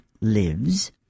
lives